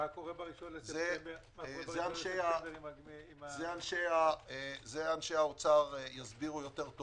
זה אנשי האוצר יסבירו טוב יותר.